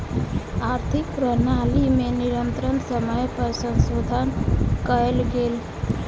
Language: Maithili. आर्थिक प्रणाली में निरंतर समय पर संशोधन कयल गेल